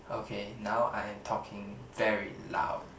okay now I am talking very loud